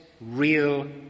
real